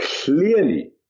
clearly